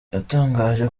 yatangaje